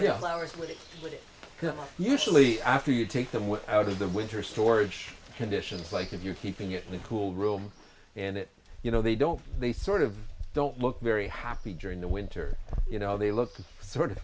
it usually after you take them one out of the winter storage conditions like if you're keeping it in a cool room and it you know they don't they sort of don't look very happy during the winter you know they look sort of